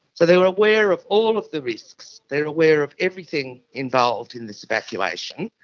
so they were aware of all of the risks, they are aware of everything involved in this evacuation,